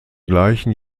gleichen